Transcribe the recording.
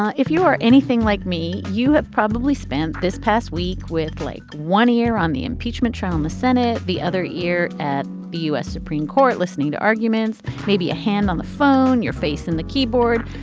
ah if you are anything like me, you have probably spent this past week with like one year on the impeachment trial in the senate. the other year at the u s. supreme court listening to arguments. maybe a hand on the phone, your face in the keyboard.